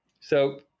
So-